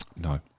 No